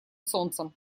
солнцем